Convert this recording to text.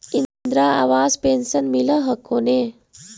इन्द्रा आवास पेन्शन मिल हको ने?